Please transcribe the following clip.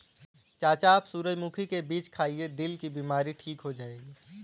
चाचा आप सूरजमुखी के बीज खाइए, दिल की बीमारी ठीक हो जाएगी